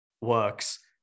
works